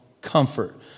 comfort